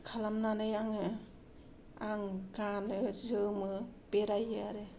खालामनानै आङो आं गानो जोमो बेरायो आरो